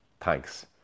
Thanks